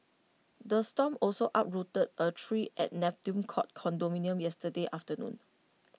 the storm also uprooted A tree at Neptune court condominium yesterday afternoon